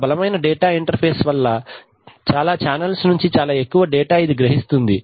చాలా బలమైన data interface వలన చాలా ఛానల్స్ నుంచి చాలా ఎక్కువ డేటా ఇది గ్రహిస్తుంది